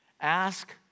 Ask